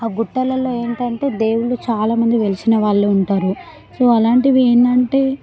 ఆ గుట్టల్లో ఏంటంటే దేవుళ్ళు చాలా మంది వెలిసిన వాళ్ళే ఉంటారు సో అలాంటివి ఏంటంటే